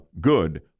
Good